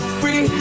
free